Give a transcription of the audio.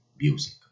music